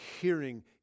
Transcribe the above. hearing